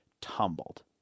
tumbled